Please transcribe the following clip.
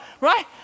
right